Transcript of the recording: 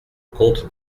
comte